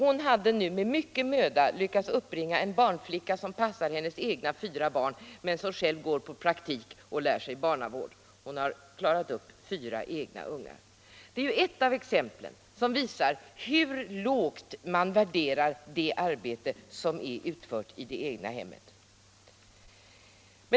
Hon hade nu med mycken möda lyckats uppbringa en barnflicka som passar hennes egna fyra barn medan hon själv går på praktik och lär sig barnavård. Kvinnan har alltså klarat upp fyra egna ungar. Detta är ett exempel som visar hur lågt man värderar det arbete' som är utfört i det egna hemmet.